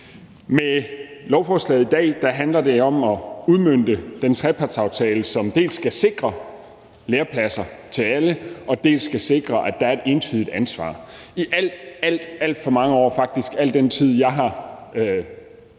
Med lovforslaget i dag handler det om at udmønte den trepartsaftale, som dels skal sikre lærepladser til alle, dels skal sikre, at der er et entydigt ansvar. I alt, alt for mange år – faktisk al den tid, jeg har